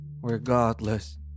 regardless